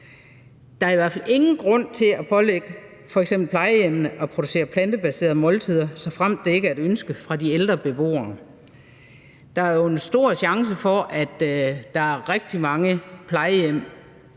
Der er i hvert fald ingen grund til at pålægge f.eks. plejehjemmene at producere plantebaserede måltider, såfremt det ikke er et ønske fra de ældre beboere. Der er jo en stor chance for, at der er rigtig mange plejehjem,